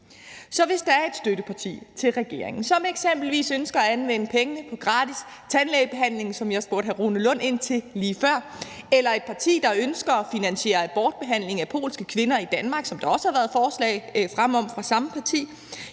Så hvis der er et støtteparti til regeringen, som eksempelvis ønsker at anvende pengene til gratis tandlægebehandling, som jeg spurgte ind til over for hr. Rune Lund lige før, eller et parti, der ønsker at finansiere abortbehandling af polske kvinder i Danmark, som der også har været forslag fremme om fra samme parti,